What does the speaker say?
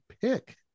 pick